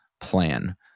plan